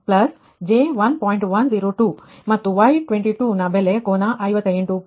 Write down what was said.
102 ಮತ್ತು Y22 ನ ಬೆಲೆ ಕೋನ 58